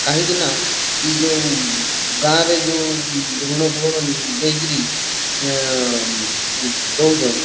କାହିଁକିନା ଇ ଯଉଁ ଗାଁରେ ଯଉ ଋଣ ଫୁଣ ଦେଇକିରି ଦଉଚନ୍